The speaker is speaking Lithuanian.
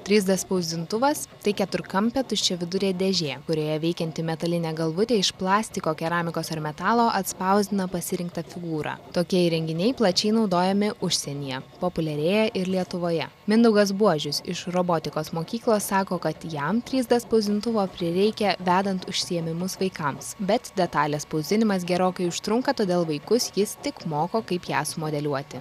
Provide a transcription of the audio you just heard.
trys d spausdintuvas tai keturkampė tuščiavidurė dėžė kurioje veikianti metalinė galvutė iš plastiko keramikos ar metalo atspausdina pasirinktą figūrą tokie įrenginiai plačiai naudojami užsienyje populiarėja ir lietuvoje mindaugas buožius iš robotikos mokyklos sako kad jam trys d spausdintuvo prireikia vedant užsiėmimus vaikams bet detalės spausdinimas gerokai užtrunka todėl vaikus jis tik moko kaip ją sumodeliuoti